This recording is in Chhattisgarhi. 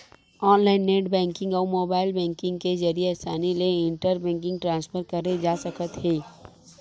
ऑनलाईन नेट बेंकिंग अउ मोबाईल बेंकिंग के जरिए असानी ले इंटर बेंकिंग ट्रांसफर करे जा सकत हे